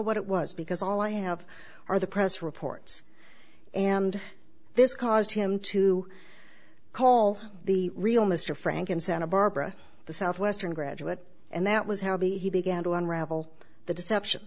what it was because all i have are the press reports and this caused him to call the real mr frank in santa barbara the southwestern graduate and that was how he began to unravel the deception